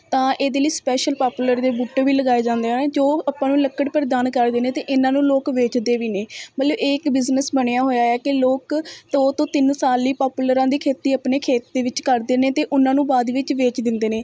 ਤਾਂ ਇਹਦੇ ਲਈ ਸਪੈਸ਼ਲ ਪੋਪੂਲਰ ਦੇ ਬੂਟੇ ਵੀ ਲਗਾਏ ਜਾਂਦੇ ਆ ਜੋ ਆਪਾਂ ਨੂੰ ਲੱਕੜ ਪ੍ਰਦਾਨ ਕਰਦੇ ਨੇ ਤੇ ਇਹਨਾਂ ਨੂੰ ਲੋਕ ਵੇਚਦੇ ਵੀ ਨੇ ਮਤਲਬ ਇਹ ਇੱਕ ਬਿਜ਼ਨਸ ਬਣਿਆ ਹੋਇਆ ਹੈ ਕਿ ਲੋਕ ਦੋ ਤੋਂ ਤਿੰਨ ਸਾਲ ਲਈ ਪਾਪੂਲਰਾਂ ਦੀ ਖੇਤੀ ਆਪਣੇ ਖੇਤ ਦੇ ਵਿੱਚ ਕਰਦੇ ਨੇ ਅਤੇ ਉਹਨਾਂ ਨੂੰ ਬਾਅਦ ਵਿੱਚ ਵੇਚ ਦਿੰਦੇ ਨੇ